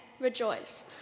Rejoice